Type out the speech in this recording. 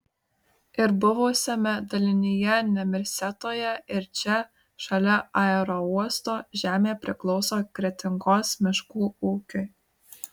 ir buvusiame dalinyje nemirsetoje ir čia šalia aerouosto žemė priklauso kretingos miškų ūkiui